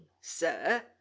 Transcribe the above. sir